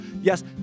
Yes